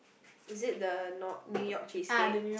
is it the N~ New-York cheesecake